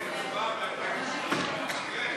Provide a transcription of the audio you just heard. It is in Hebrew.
לגבי נתמכים שעיקר